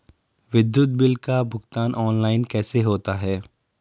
विद्युत बिल का भुगतान ऑनलाइन कैसे होता है?